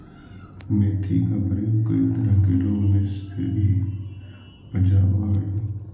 मेथी का प्रयोग कई तरह के रोगों से भी बचावअ हई